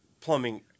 plumbing